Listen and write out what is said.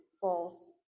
false